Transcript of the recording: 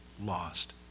lost